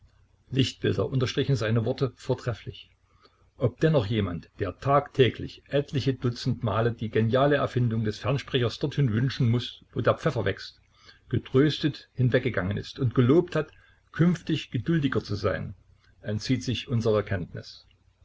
lichtbilder unterstrichen seine worte vortrefflich ob dennoch jemand der tagtäglich etliche dutzendmale die geniale erfindung des fernsprechers dorthin wünschen muß wo der pfeffer wächst getröstet hinweggegangen ist und gelobt hat künftig geduldiger zu sein entzieht sich unserer kenntnis